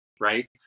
right